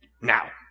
Now